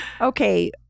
Okay